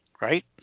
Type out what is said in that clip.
right